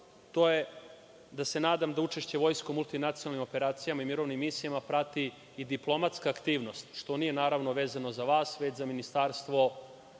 to je da se nadam da učešće vojske u multinacionalnim operacijama i mirovnim misijama prati i diplomatska aktivnost, što nije naravno vezano za vas, već za ministarstvo